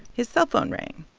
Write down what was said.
his cellphone rang